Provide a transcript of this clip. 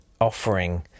offering